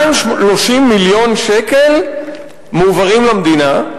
230 מיליון שקלים מועברים למדינה.